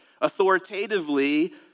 authoritatively